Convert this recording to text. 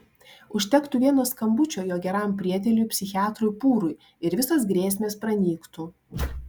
užtektų vieno skambučio jo geram prieteliui psichiatrui pūrui ir visos grėsmės pranyktų